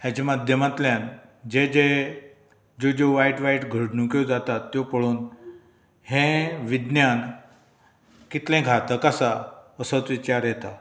हेज्या माध्यमांतल्यान जे जे ज्यो ज्यो वायट वायट घडणूको जाता त्यो पळोवन हें विज्ञान कितलें घातक आसा असोच विचार येता